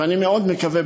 ואני מאוד מקווה,